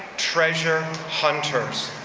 treasure hunters.